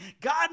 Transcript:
God